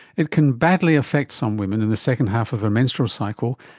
it can badly affected some women in the second half of their menstrual cycle,